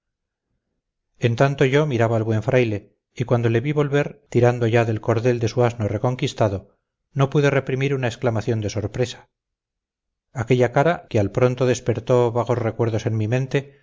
en tanto yo miraba al buen fraile y cuando le vi volver tirando ya del cordel de su asno reconquistado no pude reprimir una exclamación de sorpresa aquella cara que al pronto despertó vagos recuerdos en mi mente